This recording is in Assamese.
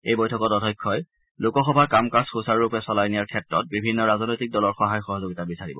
এই বৈঠকত অধ্যক্ষই লোকসভাৰ কাম কাজ সুচাৰুৰূপে চলাই নিয়াৰ ক্ষেত্ৰত বিভিন্ন ৰাজনৈতিক দলৰ সহায় সহযোগিতা বিচাৰিব